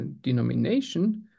denomination